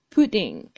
Pudding